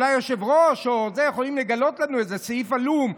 אולי היושב-ראש או מישהו יכולים לגלות לנו איזשהו סעיף עלום,